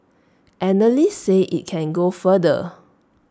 analysts say IT can go further